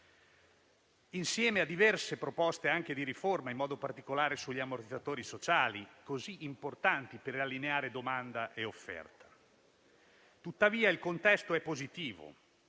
insieme a diverse proposte di riforma, in modo particolare degli ammortizzatori sociali, così importanti per allineare domanda e offerta. Tuttavia il contesto è positivo.